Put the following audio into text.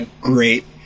great